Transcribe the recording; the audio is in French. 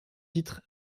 titres